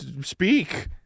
speak